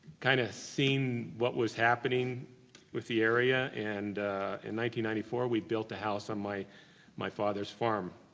kind of seen what was happening with the area and and ninety ninety four we built a house on my my father s farm.